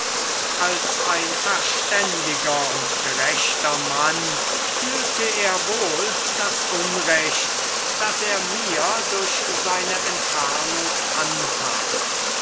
als ein verständiger und gerechter mann fühlte er wohl das unrecht das er mir durch seine entfernung antat